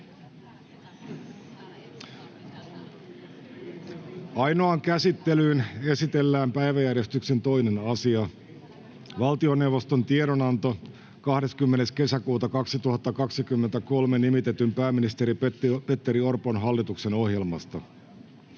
Ainoaan käsittelyyn esitellään päiväjärjestyksen 2. asia, valtioneuvoston tiedonanto 20.6.2023 nimitetyn pääministeri Petteri Orpon hallituksen ohjelmasta.